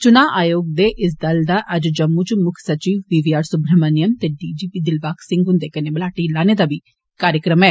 चुना आयोग दे इस दल दा अज्ज जम्मू च मुक्ख सचिव बी वी आर सुब्राहमणयम ते D G P Dilbag Singh हुन्दे कन्नै मलाटी करने दा कार्यक्रम ऐ